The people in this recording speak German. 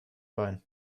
bein